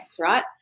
right